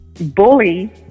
bully